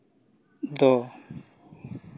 ᱫᱚ